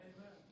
Amen